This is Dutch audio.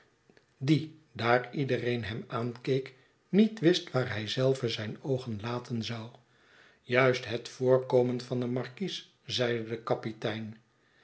die daar iedereen hem aankeek niet wist waar hij zelf zijne oogen laten zou juist het voorkomen van den markies zeide de kapitein